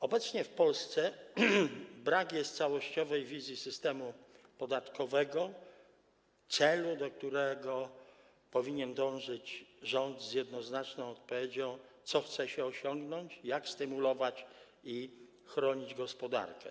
Obecnie w Polsce brakuje całościowej wizji systemu podatkowego, celu, do którego powinien dążyć rząd, dając jednoznaczną odpowiedź, co chce osiągnąć, jak stymulować i chronić gospodarkę.